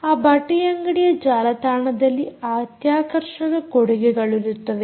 ಆ ಬಟ್ಟೆಯಂಗಡಿಯ ಜಾಲತಾಣದಲ್ಲಿ ಅತ್ಯಾಕರ್ಷಕ ಕೊಡುಗೆಗಳಿರುತ್ತವೆ